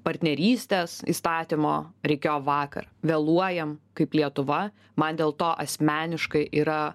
partnerystės įstatymo reikėjo vakar vėluojam kaip lietuva man dėl to asmeniškai yra